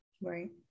right